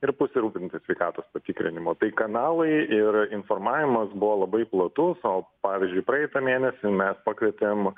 ir pasirūpinti sveikatos patikrinimu tai kanalai ir informavimas buvo labai platus o pavyzdžiui praeitą mėnesį mes pakvietėm